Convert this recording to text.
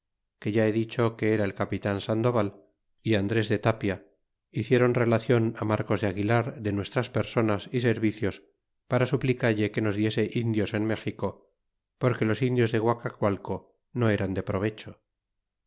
que ya he dicho que era el capitan sandoval y andres de tapia hicieron relacion marcos de aguilar de nuestras personas y servicios para suplicalle que nos diese indios en méxico porque os indios de guacacualco no eran de provecho